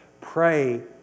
Pray